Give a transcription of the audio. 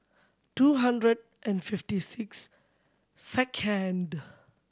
two hundred and fifty six second